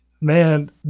man